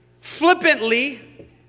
flippantly